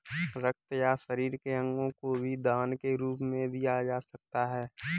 रक्त या शरीर के अंगों को भी दान के रूप में दिया जा सकता है